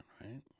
right